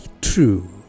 true